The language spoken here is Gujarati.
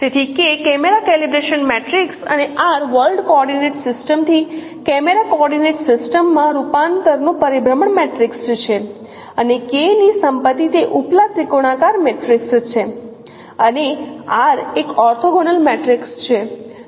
તેથી K કેમેરા કેલિબ્રેશન મેટ્રિક્સ અને R વર્લ્ડ કોઓર્ડિનેટ સિસ્ટમથી કેમેરા કોઓર્ડિનેટ સિસ્ટમમાં રૂપાંતરનું પરિભ્રમણ મેટ્રિક્સ છે અને K ની સંપત્તિ તે ઉપલા ત્રિકોણાકાર મેટ્રિક્સ છે અને R એક ઓર્થોગોનલ મેટ્રિક્સ છે